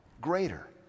greater